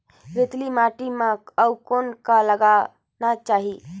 रेतीली माटी म अउ कौन का लगाना चाही?